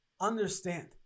Understand